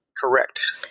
Correct